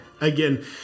Again